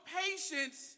patience